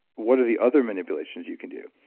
what are the other manipulations you can do?